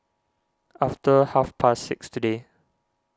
after half past six today